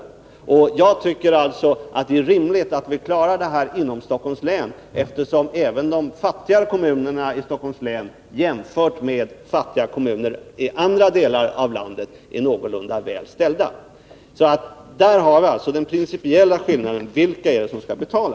Jag 17 november 1982 tycker att det är rimligt att vi klarar detta problem inom Stockholms län, eftersom även de fattigare kommunerna i Stockholms län — jämfört med Skatteutjämning fattiga kommuner i andra delar av landet — är någorlunda väl ställda. Där har —; Stockholms läns vi alltså den principiella skillnaden: Vilka är det som skall betala?